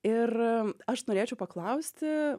ir aš norėčiau paklausti